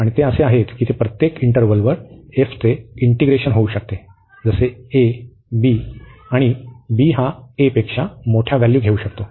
आणि ते असे आहेत की ते प्रत्येक इंटरव्हलवर f चे इंटीग्रेशन होऊ शकते जसे a b आणि b हा a पेक्षा मोठ्या व्हॅल्यू घेऊ शकतो